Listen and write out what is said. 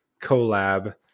collab